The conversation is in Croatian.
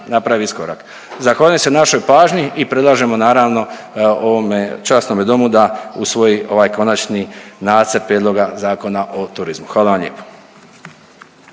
napravi iskorak. Zahvaljujem se na vašoj pažnji i predlažemo naravno ovome časnome domu da usvoji ovaj konačni nacrt prijedloga Zakona o turizmu. Hvala vam lijepo.